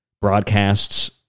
broadcasts